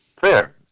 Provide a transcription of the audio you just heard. Fair